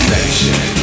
Nation